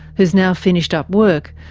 who's now finished up work,